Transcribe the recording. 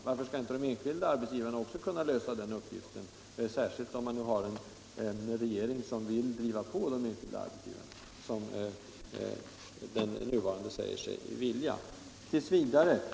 Varför skall inte de enskilda arbetsgivarna också kunna lösa den uppgiften, särskilt om vi har en regering som säger sig vilja driva på de enskilda arbetsgivarna.